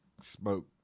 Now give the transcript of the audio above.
smoke